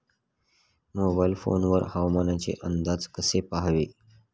Mobile phone वर हवामानाचे अंदाज कसे पहावे?